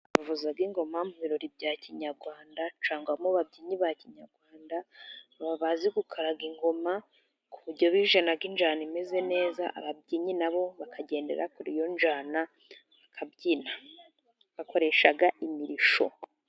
Bavuza ingoma mu birori bya kinyarwanda, cyangwa mu babyinnyi ba kinyarwanda, baba bazi gukaraga ingoma, ku buryo bijyana injyana imeze neza ,ababyinnyi na bo bakagendera kuri iyo njyana bakabyina, bakoresha imirishyo.